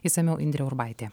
išsamiau indrė urbaitė